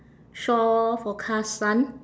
shore forecast sun